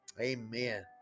Amen